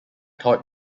todd